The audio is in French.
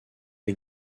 les